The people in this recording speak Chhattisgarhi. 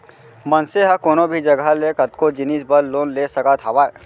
मनसे ह कोनो भी जघा ले कतको जिनिस बर लोन ले सकत हावय